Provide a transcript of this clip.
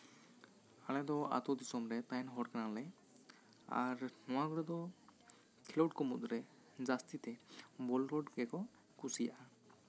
ᱟᱞᱮ ᱫᱚ ᱟᱹᱛᱩ ᱫᱤᱥᱚᱢ ᱨᱮ ᱛᱟᱦᱮᱸᱱ ᱦᱚᱲ ᱠᱟᱱᱟᱞᱮ ᱟᱨ ᱱᱚᱶᱟ ᱠᱚᱨᱮ ᱫᱚ ᱠᱷᱮᱞᱳᱰ ᱠᱚ ᱢᱩᱫᱽᱨᱮ ᱡᱟᱹᱥᱛᱤ ᱛᱮ ᱵᱚᱞ ᱨᱳᱰ ᱜᱮᱠᱚ ᱠᱩᱥᱤᱭᱟᱜᱼᱟ